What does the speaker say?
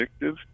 addictive